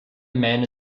man